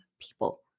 people